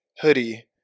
hoodie